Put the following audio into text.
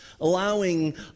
allowing